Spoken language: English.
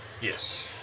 Yes